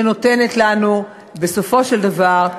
שנותנת לנו בסופו של דבר,